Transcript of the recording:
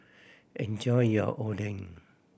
enjoy your Oden